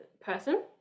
person